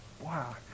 Wow